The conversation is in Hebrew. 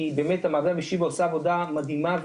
כי באמת המעבדה בשיבא עושה עבודה גדולה ומדהימה,